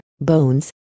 bones